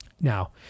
Now